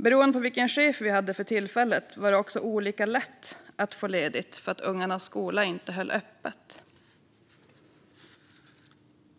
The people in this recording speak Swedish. Beroende på vilken chef vi hade för tillfället var det olika lätt att få ledigt för att ungarnas skola inte höll öppet.